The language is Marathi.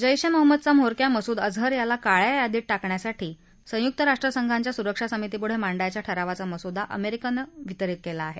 जैश ए मोहम्मदचा म्होरक्या मसुद अजहर याला काळया यादीत टाकण्यासाठी संयुक्त राष्ट्रसंघांच्या सुरक्षा समितीपुढं मांडायच्या ठरावाचा मसुदा अमेरिकेनं वितरित केला आहे